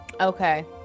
Okay